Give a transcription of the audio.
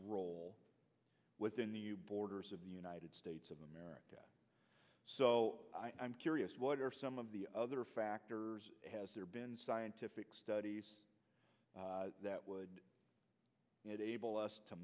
role within the borders of the united states of america so i'm curious what are some of the other factors has there been scientific studies that would enable us to